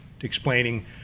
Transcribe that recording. explaining